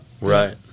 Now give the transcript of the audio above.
Right